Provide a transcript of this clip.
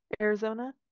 Arizona